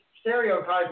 stereotyping